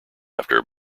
after